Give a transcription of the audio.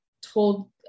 told